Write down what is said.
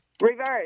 Reverse